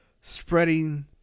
spreading